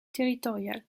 territorial